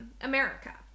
America